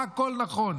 הכול נכון,